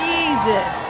Jesus